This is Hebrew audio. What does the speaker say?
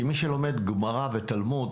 כי מי שלומד גמרא או תלמוד